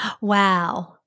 Wow